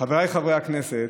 חבריי חברי הכנסת,